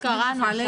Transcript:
את זה קראנו.